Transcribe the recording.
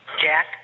Jack